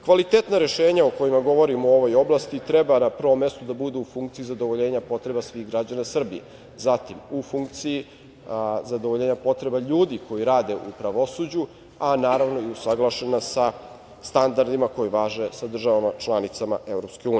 Kvalitetna rešenja o kojima govorimo u ovoj oblasti treba na prvom mestu da budu u funkciji zadovoljenja potreba svih građana Srbije, zatim u funkciji zadovoljenja potreba ljudi koji rade u pravosuđu, a naravno i usaglašena sa standardima koji važe sa državama članicama EU.